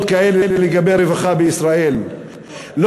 כאלה לגבי רווחה בישראל בגלל שהוא מקורב פוליטי,